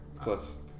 plus